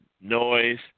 noise